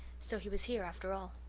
so he was here, after all.